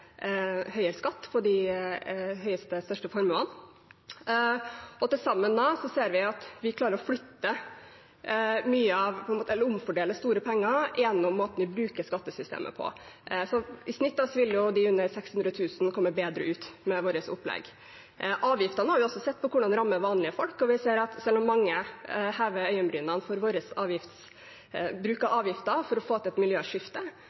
høyere skatt på de største formuene. Til sammen ser vi at vi klarer å omfordele store penger gjennom måten vi bruker skattesystemet på. I snitt vil de med inntekt under 600 000 kr komme bedre ut med vårt opplegg. Vi har også sett på hvordan avgiftene rammer vanlige folk. Vi ser at selv om mange hever øyenbrynene over vår bruk av avgifter for å få til et miljøskifte,